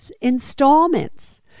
installments